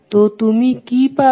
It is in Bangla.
তো তুমি কি পাবে